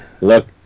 look